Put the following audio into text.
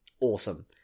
awesome